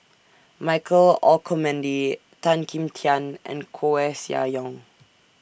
Michael Olcomendy Tan Kim Tian and Koeh Sia Yong